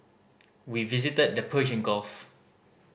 we visited the Persian Gulf